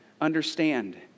understand